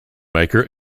maker